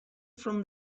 from